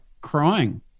crying